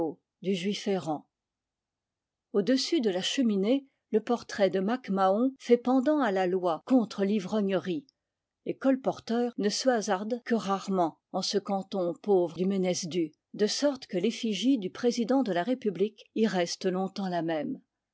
du juif errant au-dessus de la cheminée le portrait de mac mahon fait pendant à la loi contre l'ivrognerie les colporteurs ne se hasardent que rarement en ce canton pauvre du ménez dû de sorte que l'effigie du président de la république y reste longtemps la même